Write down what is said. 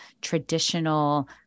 traditional